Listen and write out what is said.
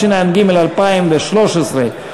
התשע"ג 2013,